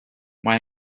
mae